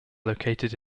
located